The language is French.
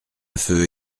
feu